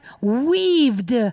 weaved